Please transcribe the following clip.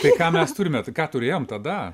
tai ką mes turime ką turėjom tada